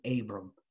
Abram